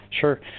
Sure